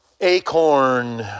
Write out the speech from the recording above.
acorn